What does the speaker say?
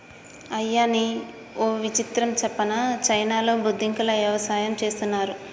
అయ్యనీ ఓ విచిత్రం సెప్పనా చైనాలో బొద్దింకల యవసాయం చేస్తున్నారు